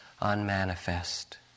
unmanifest